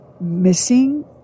missing